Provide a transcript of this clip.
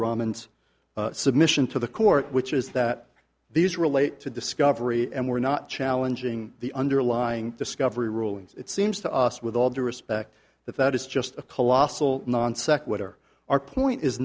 rahman's submission to the court which is that these relate to discovery and we're not challenging the underlying discovery rulings it seems to us with all due respect that that is just a colossal non sequitur our point is